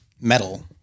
Metal